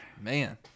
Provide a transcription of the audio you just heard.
man